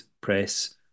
press